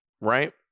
right